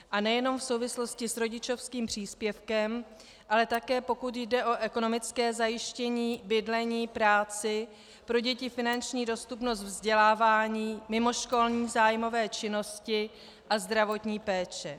A nejenom v souvislosti s rodičovským příspěvkem, ale také pokud jde o ekonomické zajištění, bydlení, práci, pro děti finanční dostupnost vzdělávání, mimoškolní zájmové činnosti a zdravotní péče.